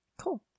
Cool